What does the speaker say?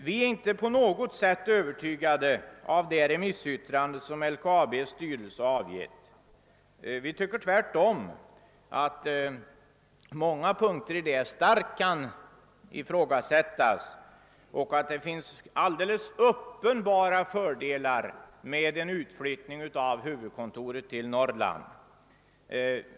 Vi är inte på något sätt övertygade av det remissyttrande som LKAB:s styrelse har avgivit. Tvärtom tycker vi att många punkter däri kan starkt ifrågasättas och att det finns alldeles uppenbara fördelar med en flyttning av LKAB:s huvudkontor till Norr land.